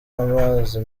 amazi